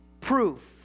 proof